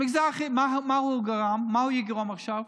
מה הוא יגרום עכשיו?